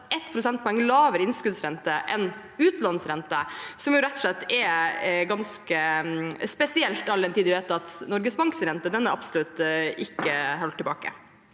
lavere innskuddsrente enn utlånsrente, som rett og slett er ganske spesielt, all den tid vi vet at Norges Banks rente absolutt ikke er holdt tilbake.